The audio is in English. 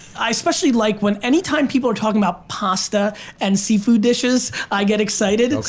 i especially like when anytime people are talking about pasta and seafood dishes, i get excited.